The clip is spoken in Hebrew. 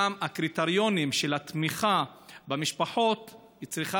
גם הקריטריונים של התמיכה במשפחות צריכים